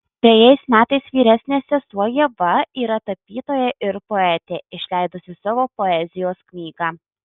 trejais metais vyresnė sesuo ieva yra tapytoja ir poetė išleidusi savo poezijos knygą